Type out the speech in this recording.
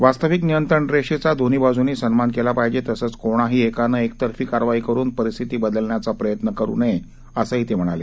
वास्तविक नियंत्रण रेषेचा दोन्ही बाजूनी सन्मान केला पाहिजे तसंच कोणाही एकानं एकतर्फी कारवाई करुन परिस्थिती बदलण्याचा प्रयत्न करु नये असंही ते म्हणाले